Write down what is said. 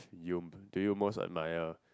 you do you most admire